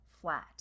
flat